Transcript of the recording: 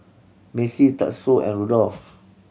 Macey Tatsuo and Rudolf